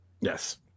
Yes